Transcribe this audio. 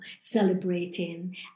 celebrating